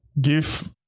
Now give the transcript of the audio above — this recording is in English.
give